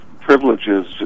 privileges